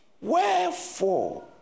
wherefore